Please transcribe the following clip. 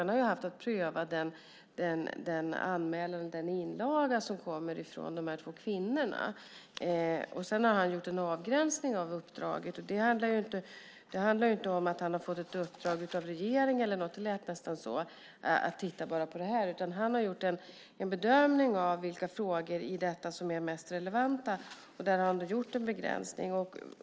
Han har haft att pröva den anmälan och den inlaga som har kommit från dessa två kvinnor. Sedan har han gjort en avgränsning av uppdraget. Det handlar inte om att han har fått ett uppdrag av regeringen att titta på detta. Det lät nästan så. Han har gjort en bedömning av vilka frågor i detta som är mest relevanta. Där har han gjort en begränsning.